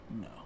no